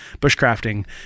bushcrafting